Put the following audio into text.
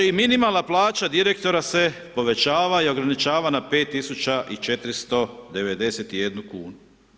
Kaže i minimalna plaća direktora se povećava i ograničava na 5491 kunu.